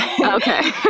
okay